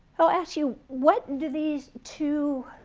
so ask you, what do these two